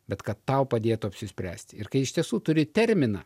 bet kad tau padėtų apsispręsti ir kai iš tiesų turi terminą